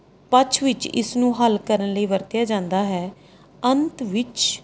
ਪਛ ਵਿੱਚ ਇਸ ਨੂੰ ਹੱਲ ਕਰਨ ਲਈ ਵਰਤਿਆ ਜਾਂਦਾ ਹੈ ਅੰਤ ਵਿੱਚ